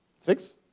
Six